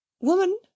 Woman